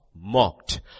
mocked